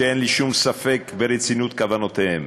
שאין לי שום ספק ברצינות כוונותיהם,